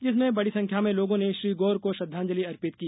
जिसमें बड़ी संख्या में लोगों ने श्री गौर को श्रद्धांजलि अर्पित की